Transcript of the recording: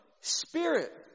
spirit